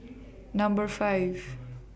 Number five